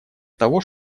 того